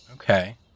okay